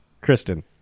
Kristen